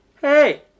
hey